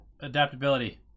Adaptability